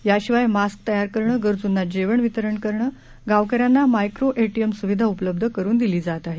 याशिवाय मास्क तयार करणे गरजूंना जेवण वितरण गावकऱ्यांना मायक्रो एक्रिएम सुविधा उपलब्ध करून दिली जाते आहे